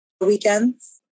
weekends